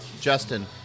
Justin